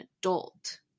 adult